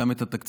גם את התקציב,